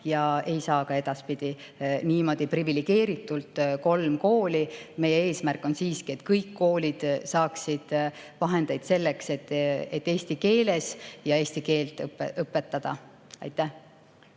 ja ei saa ka edaspidi niimoodi privilegeeritult kolm kooli. Meie eesmärk on siiski, et kõik koolid saaksid vahendeid selleks, et eesti keeles ja eesti keelt õpetada. Aitäh!